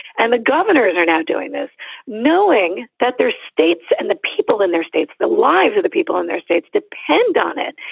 and the governors are now doing this knowing that their states and the people in their states, the lives of the people in their states depend on it.